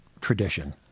tradition